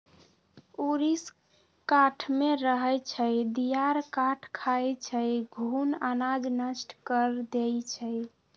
ऊरीस काठमे रहै छइ, दियार काठ खाई छइ, घुन अनाज नष्ट कऽ देइ छइ